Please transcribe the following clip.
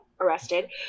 arrested